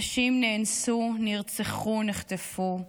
נשים נאנסו, נרצחו, נחטפו,